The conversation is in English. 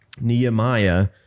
Nehemiah